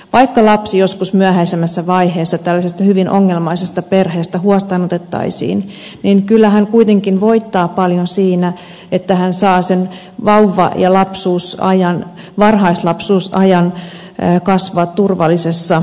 vaikka lapsi joskus myöhäisemmässä vaiheessa tällaisesta hyvin ongelmaisesta perheestä huostaanotettaisiin niin kyllä hän kuitenkin voittaa paljon siinä että hän saa sen vauva ja varhaislapsuusajan kasvaa turvallisessa ympäristössä